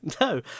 No